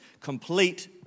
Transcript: Complete